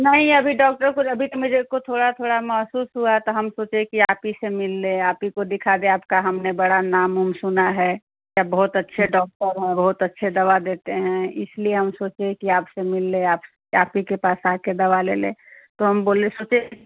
नहीं अभी डॉक्टर को अभी तो मेरे को थोड़ा थोड़ा महसूस हुआ तो हम सोचे कि आप ही से मिल लें आप ही को दिखा दें आपका हमने बड़ा नाम ओम सुना है कि आप बहुत अच्छे डॉक्टर हैं बहुत अच्छे दवा देते हैं इसलिए हम सोचे कि आपसे मिल लें आप या आप यह के पास आकर दवा ले लें तो हम बोले सोचे थे कि